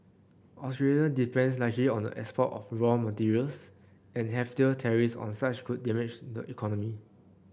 Australia depends largely on the export of raw materials and heftier tariffs on such could damage the economy